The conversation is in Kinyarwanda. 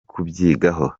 kubyigaho